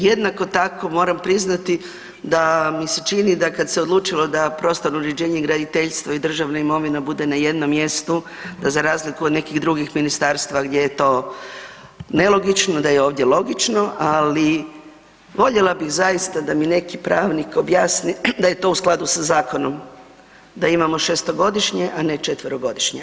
Jednako tako moram priznati da mi se čini da kad se odlučilo da prostorno uređenje i graditeljstvo i državna imovina bude na jednom mjestu da za razliku od nekih drugih ministarstva gdje je to nelogično da je ovdje logično, ali voljela bih zaista da mi neki pravnik objasni da je to u skladu sa zakonom da imamo šestogodišnje, a ne četverogodišnje.